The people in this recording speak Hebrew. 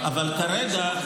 אבל כרגע,